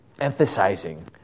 emphasizing